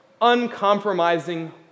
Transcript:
uncompromising